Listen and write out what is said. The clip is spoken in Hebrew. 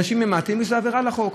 אנשים ממעטים משום שזאת עבירה על החוק.